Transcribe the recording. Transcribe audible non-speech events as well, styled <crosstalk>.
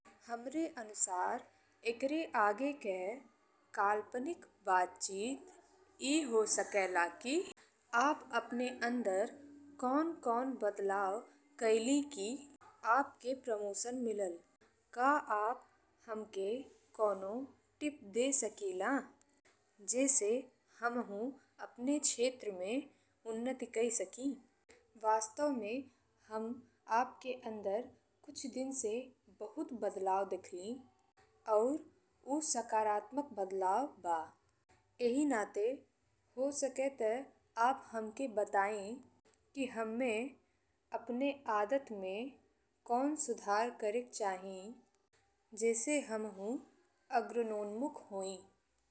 <noise> हमरा अनुसार एकरे आगे के काल्पनिक बातचीत <noise> इ हो सकेला कि आप अपने अंदर का का बदलाव कईली कि आप के प्रमोशन मिलल। का आप हमके कवनो टिप दे सकीला जेसे हमहु अपने क्षेत्रफल में उन्नति कई सकी? वास्तव में हम आपके अंदर कुछ दिन से बहुत बदलाव देखली आ ऊ सकारात्मक बदलाव बा। एही नाते हो सके ते आप हमके बताई कि हमें अपने आदत में का सुधार करेके चाही जेसे हमहु अग्रणोन्मुख होई।